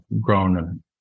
grown